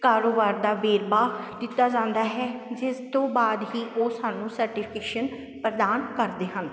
ਕਾਰੋਬਾਰ ਦਾ ਵੇਰਵਾ ਦਿੱਤਾ ਜਾਂਦਾ ਹੈ ਜਿਸ ਤੋਂ ਬਾਅਦ ਹੀ ਉਹ ਸਾਨੂੰ ਸਰਟੀਫਿਕੇਸ਼ਨ ਪ੍ਰਦਾਨ ਕਰਦੇ ਹਨ